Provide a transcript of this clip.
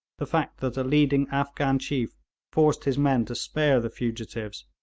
the fact that a leading afghan chief forced his men to spare the fugitives,